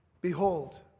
Behold